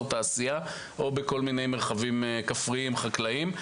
תעשייה או בכל מיני מרחבים כפריים חקלאיים,